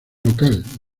local